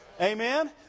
Amen